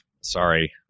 sorry